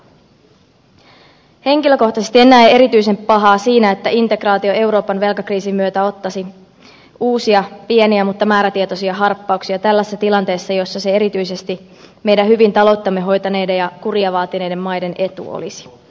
henkilökohtaisesti en näe erityisen pahaa siinä että integraatio euroopan velkakriisin myötä ottaisi uusia pieniä mutta määrätietoisia harppauksia tällaisessa tilanteessa jossa se erityisesti meidän hyvin talouttamme hoitaneiden ja kuria vaatineiden maiden etu olisi